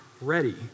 ready